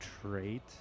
trait